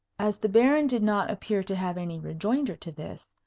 as the baron did not appear to have any rejoinder to this,